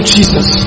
Jesus